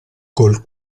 col